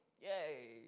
yay